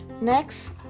Next